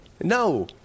No